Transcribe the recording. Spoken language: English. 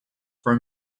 for